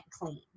clean